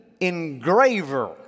engraver